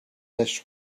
this